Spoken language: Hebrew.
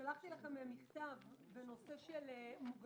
שלחתי לכם מכתב בנושא מוגנות.